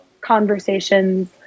conversations